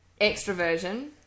extroversion